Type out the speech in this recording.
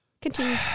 Continue